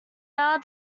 now